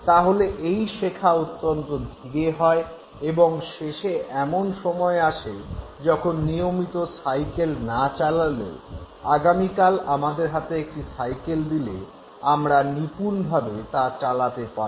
তাহলে এই শেখা অত্যন্ত ধীরে ধীরে হয় এবং শেষে এমন সময় আসে যখন নিয়মিত সাইকেল না চালালেও আগামীকাল আমাদের হাতে একটি সাইকেল দিলে আমরা নিপুণভাবে তা চালাতে পারব